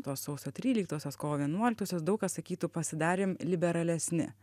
tos sausio tryliktosios kovo vienuoliktosios daug kas sakytų pasidarėm liberalesni